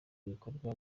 bikorwa